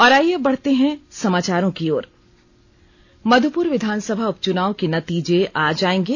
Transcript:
और आइए बढ़ते हैं अब समाचारों की ओर मध्प्र विधानसभा उपचुनाव के नतीजे आज आएंगे